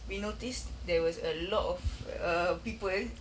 we noticed there was a lot of err people